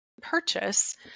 purchase